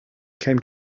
came